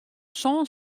sân